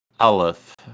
Aleph